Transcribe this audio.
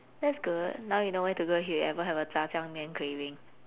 that's good now you know where to go if you ever have a 炸酱面 craving